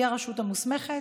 הוא הרשות המוסמכת.